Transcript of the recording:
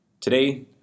Today